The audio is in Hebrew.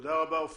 תודה רבה, אופירה.